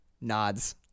nods